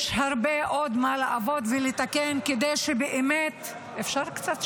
יש עוד הרבה מאוד על מה לעבוד ולתקן -- אפשר קצת שקט?